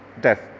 death